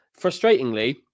Frustratingly